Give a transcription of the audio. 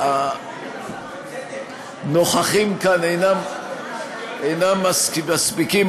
שהנוכחים כאן אינם מספיקים,